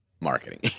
marketing